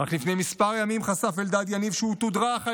אך לפני מספר ימים חשף אלדד יניב שהוא תודרך על